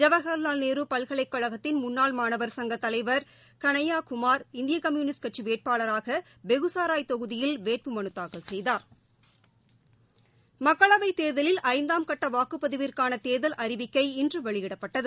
ஜவஹர்லால் நேரு பல்கலை கழகத்திள் முன்னாள் மாணவர் சங்க தலைவர் கணயா குமார் இந்திய கம்யூனிஸ்டட் கட்சி வேட்பாளராக பெகுசாராய் தொகுதியில் வேட்புமனு தாக்கல் செய்தாா் மக்களவை தேர்தலில் ஐந்தாம் கட்ட வாக்குபதிவிற்கான தேர்தல் அறிவிக்கை இன்று வெளியிடப்பட்டது